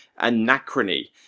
Anachrony